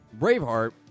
Braveheart